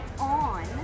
on